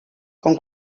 com